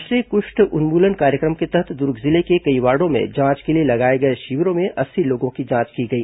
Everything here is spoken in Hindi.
राष्ट्रीय कुष्ठ उन्मूलन कार्यक्रम के तहत दुर्ग जिले के कई वार्डो में जांच के लिए लगाए गए शिविरों में अस्सी लोगों की जांच की गई